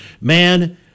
man